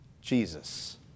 Jesus